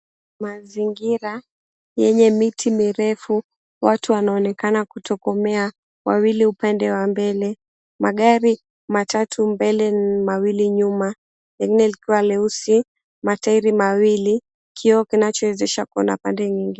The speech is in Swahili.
Mazingira yenye miti mirefu, watu wanaonekana kutokomea, wawili upande wa mbele. Magari matatu mbele mawili nyuma. Lingine likiwa leusi, matairi mawili, kioo kinachowezesha kuona pande nyinigne.